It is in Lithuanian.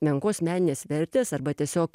menkos meninės vertės arba tiesiog